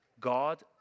God